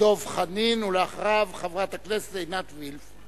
דב חנין, ואחריו, חברת הכנסת עינת וילף.